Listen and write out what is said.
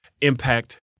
impact